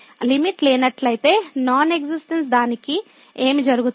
limit లేనట్లయితే non existence దానికి ఏమి జరుగుతుంది